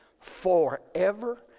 forever